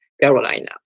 Carolina